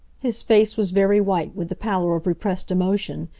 his face was very white with the pallor of repressed emotion,